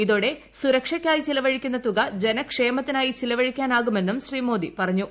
ഇതോടെ സുരക്ഷയ്ക്കായി ചെലവഴിക്കുന്ന തുക ജനക്ഷേമത്തിനായി ചെലവഴിക്കാനാകുമെന്നും ശ്രീ മോദി പറഞ്ഞു